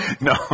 No